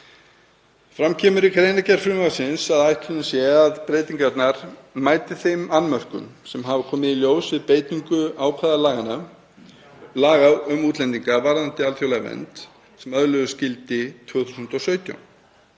Fram kemur í greinargerð frumvarpsins að ætlunin sé að breytingarnar mæti þeim annmörkum sem hafa komið í ljós við beitingu ákvæða laga um útlendinga varðandi alþjóðlega vernd sem öðluðust gildi 2017.